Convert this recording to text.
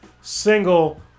single